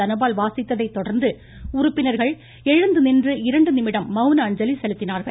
தனபால் வாசித்ததை தொடர்ந்து உறுப்பினர்கள் எழுந்து நின்று இரண்டு நிமிடம் மவுன அஞ்சலி செலுத்தினர்